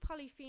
polyphenols